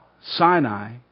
Sinai